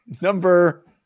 number